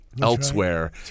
elsewhere